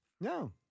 No